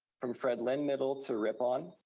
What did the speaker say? from fred lynn middle to rippon,